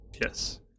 Yes